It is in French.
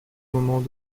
moments